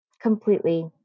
completely